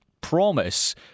promise